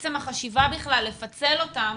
עצם החשיבה בכלל לפצל אותם,